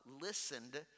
listened